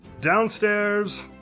downstairs